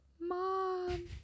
Mom